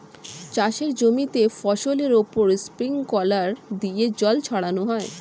চাষের জমিতে ফসলের উপর স্প্রিংকলার দিয়ে জল ছড়ানো হয়